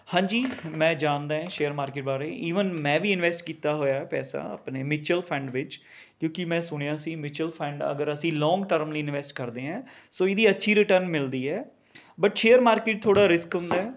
ਹਾਂਜੀ ਮੈਂ ਜਾਣਦਾ ਹਾਂ ਸ਼ੇਅਰ ਮਾਰਕੀਟ ਬਾਰੇ ਈਵਨ ਮੈਂ ਵੀ ਇਨਵੈਸਟ ਕੀਤਾ ਹੋਇਆ ਪੈਸਾ ਆਪਣੇ ਮਿਉਚੁਅਲ ਫੰਡ ਵਿੱਚ ਕਿਉਂਕਿ ਮੈਂ ਸੁਣਿਆ ਸੀ ਮਿਉਚੁਅਲ ਫੰਡ ਅਗਰ ਅਸੀਂ ਲੌਂਗ ਟਰਮ ਲਈ ਇਨਵੈਸਟ ਕਰਦੇ ਹਾਂ ਸੌ ਇਹਦੀ ਅੱਛੀ ਰਿਟਰਨ ਮਿਲਦੀ ਹੈ ਬੱਟ ਸ਼ੇਅਰ ਮਾਰਕੀਟ 'ਚ ਥੋੜ੍ਹਾ ਰਿਸਕ ਹੁੰਦਾ ਹੈ